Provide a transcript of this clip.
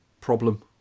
problem